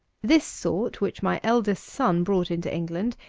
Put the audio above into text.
this sort, which my eldest son brought into england,